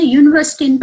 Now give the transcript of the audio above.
university